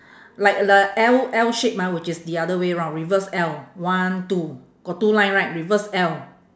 like the L L shape ah which is the other way round reverse L one two got two line right reverse L